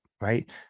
Right